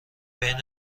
بین